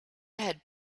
had